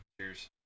cheers